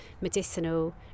medicinal